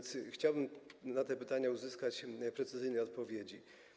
Chciałbym na te pytania uzyskać precyzyjne odpowiedzi.